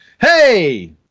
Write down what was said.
Hey